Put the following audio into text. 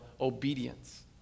obedience